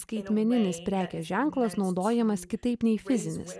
skaitmeninis prekės ženklas naudojamas kitaip nei fizinis